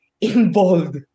involved